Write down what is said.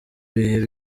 bihe